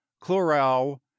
chloral